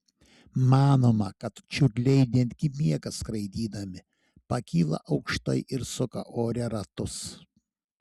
manoma kad čiurliai netgi miega skraidydami pakyla aukštai ir suka ore ratus